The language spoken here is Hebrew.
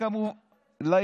לא יודע.